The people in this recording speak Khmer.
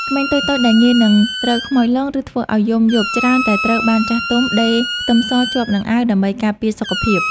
ក្មេងតូចៗដែលងាយនឹងត្រូវខ្មោចលងឬធ្វើឱ្យយំយប់ច្រើនតែត្រូវបានចាស់ទុំដេរខ្ទឹមសជាប់នឹងអាវដើម្បីការពារសុខភាព។